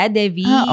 Devi